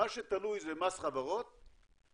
מה שתלוי זה מס חברות ובסוף